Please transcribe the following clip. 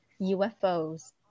UFOs